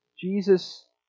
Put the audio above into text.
Jesus